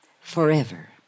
Forever